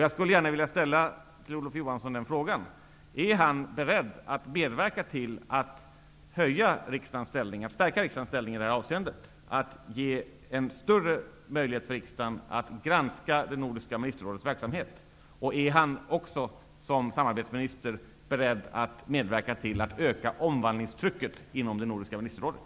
Jag skulle gärna vilja fråga Olof Johansson, om han är beredd att medverka till att stärka riksdagens ställning i det här avseendet, att ge riksdagen bättre möjligheter att granska Nordiska ministerrådets verksamhet. Och är Olof Johansson som samarbetsminister beredd att medverka till att öka omvandlingstrycket inom Nordiska ministerrådet?